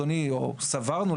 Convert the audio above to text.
או סברנו,